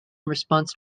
response